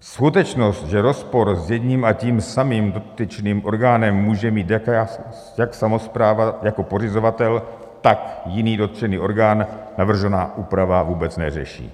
Skutečnost, že rozpor s jedním a tím samým dotyčným orgánem může mít jak samospráva jako pořizovatel, tak jiný dotčený orgán, navržená úprava vůbec neřeší.